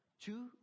two